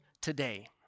today